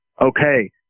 okay